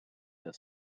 the